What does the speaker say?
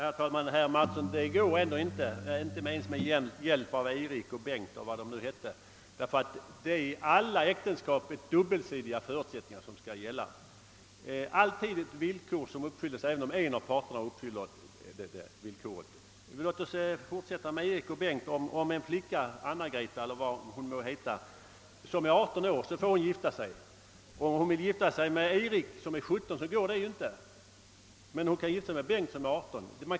Herr talman! Herr Martinsson, det går ändå inte att resonera så, inte ens med hjälp av Erik och Bengt eller vad de hette, ty för alla äktenskap skall dubbelsidiga förutsättningar föreligga. Låt oss fortsätta med Erik och Bengt. Om en flicka — Anna-Greta eller vad hon må heta — är 18 år får hon gifta sig. Men om hon vill gifta sig med Erik, som är 17 år, går det inte, men hon kan gifta sig med Bengt, som är 18 år.